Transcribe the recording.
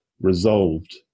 resolved